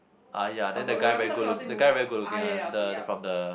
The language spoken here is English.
ah ya then the guy very good look the guy very looking lah the from the